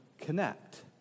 connect